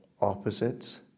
opposites